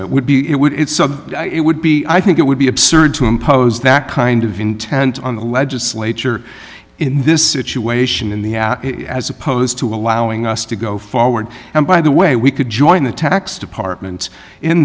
it would be it would it would be i think it would be absurd to impose that kind of intent on the legislature in this situation in the at as opposed to allowing us to go forward and by the way we could join the tax department in